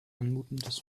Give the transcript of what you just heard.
anmutendes